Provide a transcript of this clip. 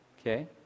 Okay